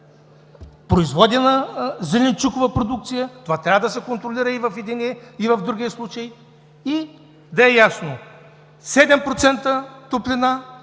произведената зеленчукова продукция. Това трябва да се контролира и в единия, и в другия случай. И да е ясно: 7% топлина